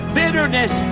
bitterness